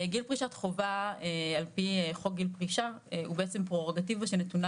גיל פרישת חובה על פי חוק גיל פרישה הוא בעצם פררוגטיבה שנתונה